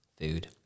food